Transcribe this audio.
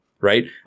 right